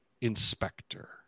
inspector